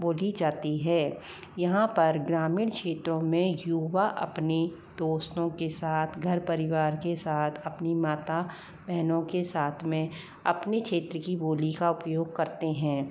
बोली जाती है यहाँ पर ग्रामीण क्षेत्रों में युवा अपने दोस्तों के साथ घर परिवार के साथ अपनी माता बहनों के साथ में अपनी क्षेत्र की बोली का उपयोग करते हैं